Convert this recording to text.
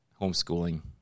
homeschooling